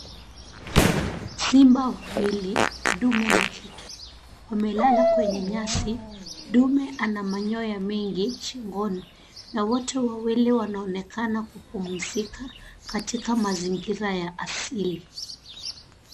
Simba wawili, ndume na jike, wamelala kwenye nyasi. Ndume ana manyoya mengi shingoni, na wote wawili wanaonekana kupumzika katika mazingira ya asili.